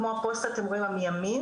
כמו הפוסט אתם רואים מימין,